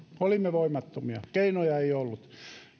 olimme voimattomia keinoja ei ollut